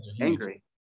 Angry